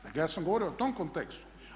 Dakle ja sam govorio u tom kontekstu.